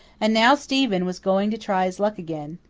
and now stephen was going to try his luck again.